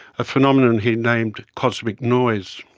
a phenomenon he named cosmic noise.